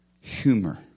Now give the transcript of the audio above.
humor